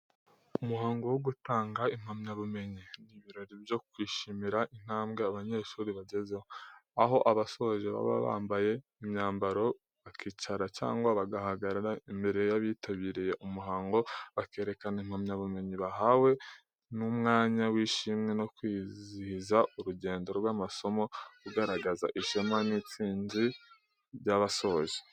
Umuhango wo gutanga impamyabumenyi; ni ibirori byo kwishimira intambwe abanyeshuri bagezeho. Aho abasoje baba bambaye imyambaro bakicara cyangwa bagahagarara imbere y'abitabiriye umuhango, bakerekana impamyabumenyi bahawe. Ni umwanya w’ishimwe no kwizihiza urugendo rw’amasomo, ugaragaza ishema n’intsinzi by’abasoje.